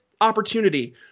opportunity